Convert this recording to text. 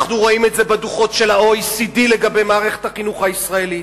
אנחנו רואים את זה בדוחות של ה-OECD לגבי מערכת החינוך הישראלית,